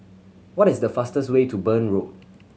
what is the fastest way to Burn Road